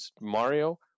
Mario